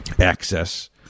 access